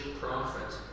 prophet